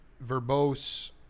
verbose